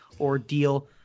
ordeal